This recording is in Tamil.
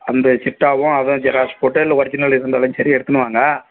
அந்த சிட்டாவும் அதுவும் ஜெராக்ஸ் போட்டு இல்லை ஒரிஜினல் இருந்தாலும் சரி எடுத்துன்னு வாங்க